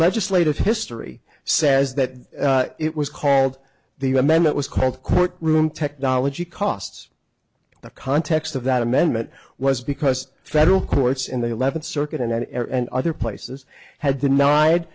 legislative history says that it was called the amendment was called the court room technology costs the context of that amendment was because federal courts in the eleventh circuit and on air and other places had denied